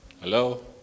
hello